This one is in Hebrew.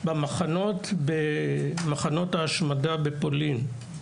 במחנות ההשמדה בפולין.